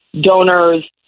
donors